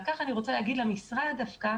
על כך מגיע שאפו למשרד החינוך.